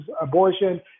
abortion